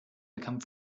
become